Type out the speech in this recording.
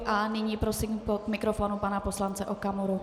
A nyní prosím k mikrofonu pana poslance Okamuru.